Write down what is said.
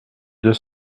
deux